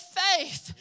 faith